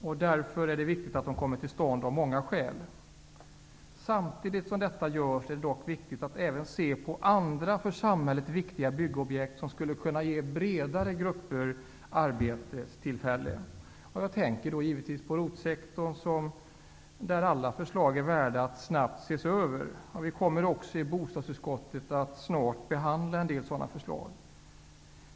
Det är därför av många skäl viktigt att de kommer till stånd. Samtidigt som detta görs är det dock viktigt att se på andra för samhället viktiga byggobjekt som skulle kunna ge bredare grupper arbetstillfällen. Jag tänker då givetvis på ROT-sektorn, där alla förslag är värda en snabb översyn. Vi kommer också i bostadsutskottet att snart behandla en del sådana förslag.